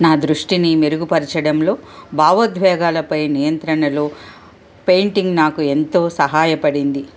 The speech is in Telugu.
నా దృష్టిని మెరుగుపరచడంలో భావోద్వేగాలపై నియంత్రణలో పెయింటింగ్ నాకు ఎంతో సహాయపడింది